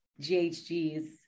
GHGs